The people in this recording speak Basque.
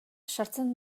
sartzen